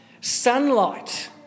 Sunlight